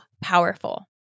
powerful